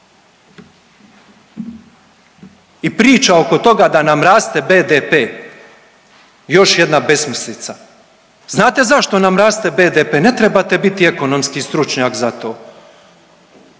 I priča oko toga da nam raste BDP još jedna besmislica. Znate zašto nam raste BDP? Ne trebate biti ekonomski stručnjak za to.